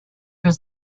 was